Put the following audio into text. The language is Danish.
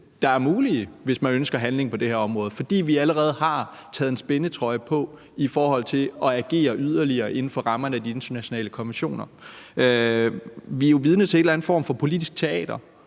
der er mulige, hvis man ønsker handling på det her område, fordi vi allerede har taget en spændetrøje på i forhold til at agere yderligere inden for rammerne af de internationale konventioner. Vi er jo vidne til en eller anden form for politisk teater,